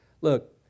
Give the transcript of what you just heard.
Look